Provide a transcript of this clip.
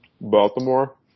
Baltimore